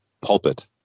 pulpit